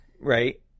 right